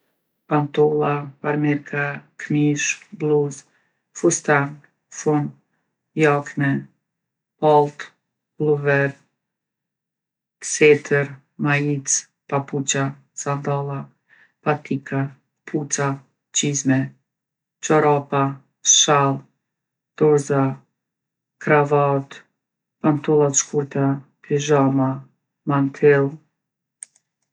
Pantolla, farmerka, kmishë, blluzë, fustan, fun, jakne, palltë, pulluver, setër, maicë, papuça, sandalla, patika, kpuca, çizme, çorapa, shall, dorza, kravatë, pantolla t'shkurtra, pizhama, mantill.